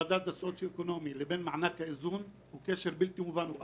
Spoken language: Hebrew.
חלק מהמדד שהם בודקים זה כמות של רכבים.